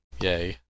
yay